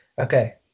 Okay